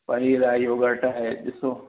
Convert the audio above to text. पनीर ऐं योगर्ट ऐं ॾिसो